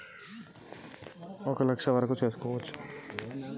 ఒక రోజుల ఎన్ని పైసల్ ఖాతా ల జమ చేయచ్చు?